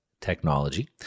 Technology